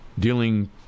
dealing